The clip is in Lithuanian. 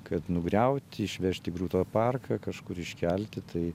kad nugriauti išvežti į grūto parką kažkur iškelti tai